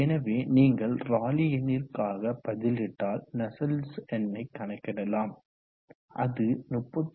எனவே நீங்கள் ராலி எண்ணிற்காக பதிலிட்டால் நஸ்சல்ட்ஸ் எண்ணை கணக்கிடலாம் அது 39